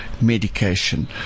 medication